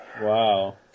Wow